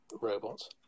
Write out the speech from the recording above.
robots